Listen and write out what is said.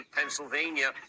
Pennsylvania